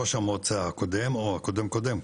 ראש המועצה הקודם או הקודם קודם,